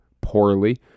poorly